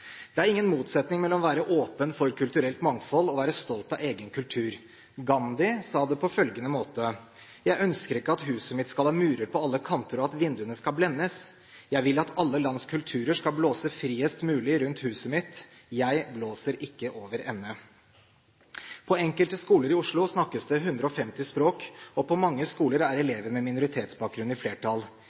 Det er ingen motsetning mellom å være åpen for kulturelt mangfold og å være stolt av egen kultur. Gandhi sa det på følgende måte: Jeg ønsker ikke at huset mitt skal ha murer på alle kanter, og at vinduene skal blendes. Jeg vil at alle lands kulturer skal blåse friest mulig rundt huset mitt. Jeg blåser ikke overende. På enkelte skoler i Oslo snakkes det 150 språk, og på mange skoler er elever med minoritetsbakgrunn i flertall.